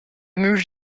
moved